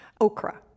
Okra